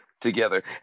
together